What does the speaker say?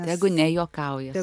tegu ne juokauja